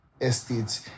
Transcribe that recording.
estates